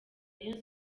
rayon